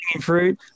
fruit